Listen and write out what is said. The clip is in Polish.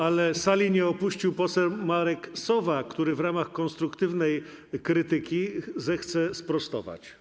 Ale sali nie opuścił poseł Marek Sowa, który w ramach konstruktywnej krytyki zechce sprostować.